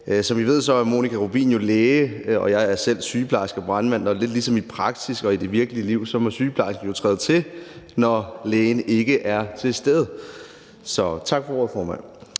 Som I ved, er Monika Rubin læge, og jeg er selv sygeplejerske og brandmand, og lidt ligesom i praksis og i det virkelige liv må sygeplejersken jo træde til, når lægen ikke er til stede. Så tak for ordet, formand.